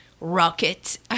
Rocket